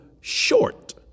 short